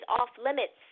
off-limits